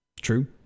True